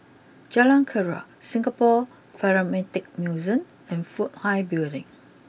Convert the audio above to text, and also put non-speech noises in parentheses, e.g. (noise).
Jalan Keria Singapore (unintelligible) Museum and Fook Hai Building